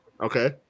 Okay